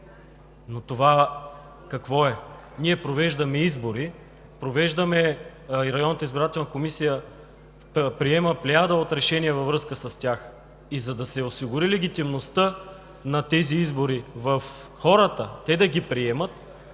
но това какво е? Ние провеждаме избори и Районната избирателна комисия приема плеяда от решения във връзка с тях. За да се осигури легитимността на тези избори и хората да ги приемат,